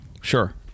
Sure